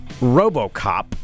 RoboCop